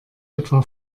etwa